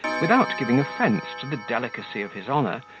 without giving offence to the delicacy of his honour,